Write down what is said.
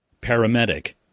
paramedic